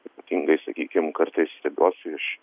ypatingai sakykim kartais stebiuosi iš